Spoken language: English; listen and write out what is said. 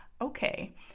okay